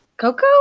Coco